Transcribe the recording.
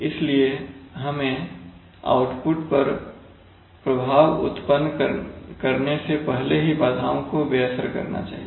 इसलिए हमें आउटपुट पर प्रभाव उत्पन्न करने से पहले ही बाधाओं को बेअसर करना चाहिए